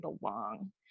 belong